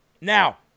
Now